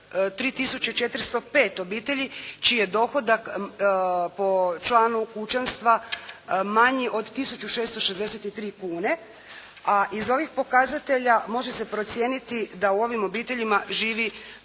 405 obitelji čiji je dohodak po članu kućanstva manji od tisuću 663 kune a iz ovih pokazatelja može se procijeniti da u ovim obiteljima živi 20